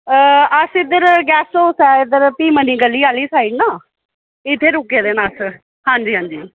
अस इद्धर guest house ऐ इद्धर ऐ पी मंडी गली आह्ली साइड न इद्धर रुके दे न अस हां जी हां जी